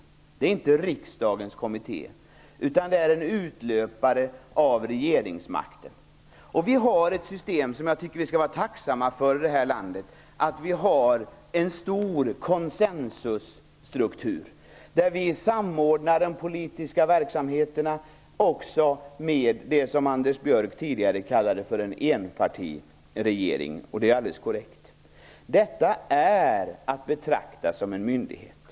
Det är inte riksdagens kommitté, utan det är en utlöpare av regeringsmakten. Vi har ett system i det här landet som jag tycker att vi skall vara tacksamma för, nämligen en stor konsensusstruktur. Vi samordnar de politiska verksamheterna med det som Anders Björck tidigare kallade för en enpartiregering, och det är alldeles korrekt. Detta är att betrakta som en myndighet.